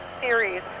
series